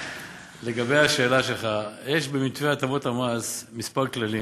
לגבי השאלה שלך, יש במתווה הטבות המס כמה כללים.